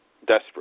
desperate